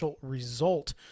result